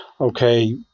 okay